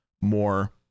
more